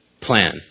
plan